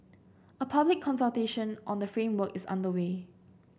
a public consultation on the framework is underway